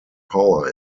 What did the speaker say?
power